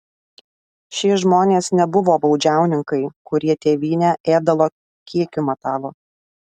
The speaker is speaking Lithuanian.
šie žmonės nebuvo baudžiauninkai kurie tėvynę ėdalo kiekiu matavo